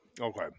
okay